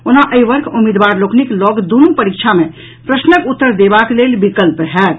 ओना एहि वर्ष उम्मीदवार लोकनिक लऽग दुनू परीक्षा मे प्रश्नक उत्तर देबाक लेल विकल्प होयत